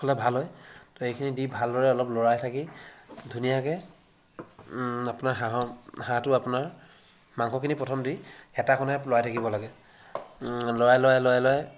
হ'লে ভাল হয় ত' সেইখিনি দি ভালদৰে অলপ লৰাই থাকি ধুনীয়াকৈ আপোনাৰ হাঁহৰ হাঁহটো আপোনাৰ মাংসখিনি প্ৰথম দি হেতাখনেৰে লৰাই থাকিব লাগে লৰাই লৰাই লৰাই লৰাই